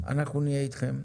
אנחנו נהיה אתכם.